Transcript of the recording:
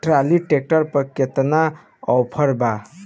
Trolley tractor पर केतना offer बा?